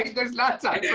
there's not time yeah